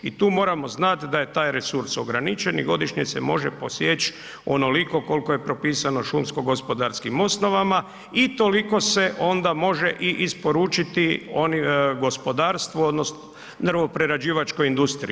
I tu moramo znat da je taj resurs ograničen i godišnje se može posjeć onoliko koliko je propisano šumsko-gospodarskim osnovama i toliko se onda može i isporučiti gospodarstvu odnosno drvno-prerađivačkoj industriji.